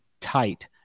tight